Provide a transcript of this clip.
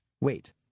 wait